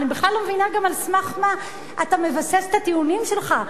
אני בכלל לא מבינה גם על מה אתה מבסס את הטיעונים שלך.